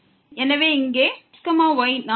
எனவே இங்கே x y≠0 0 போது fxஇருக்கிறது